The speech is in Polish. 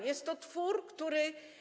Jest to twór, który.